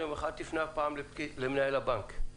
אל תפנה הפעם למנהל הבנק,